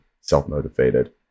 self-motivated